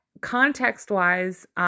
context-wise